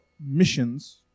missions